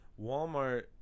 Walmart